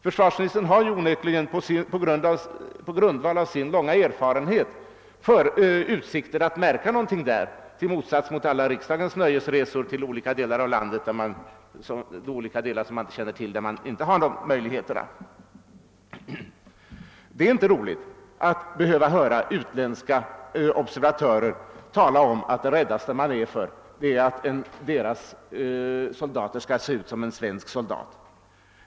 Försvarsministern har onekligen på grundval av sin långa erfarenhet utsikter att även vid ett kort besök märka någonting där — i motsats till alla riksdagens nöjesresenärer till olika länder för att studera frågor, som de inte eller bara helt flyktigt känner till. Det är inte roligt att behöva höra utländska observatörer tala om att »det räddaste de är för» är att deras soldater skall se ut som en svensk soldat.